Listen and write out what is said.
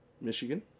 Michigan